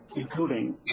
including